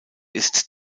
ist